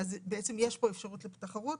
בעצם יש פה אפשרות לתחרות.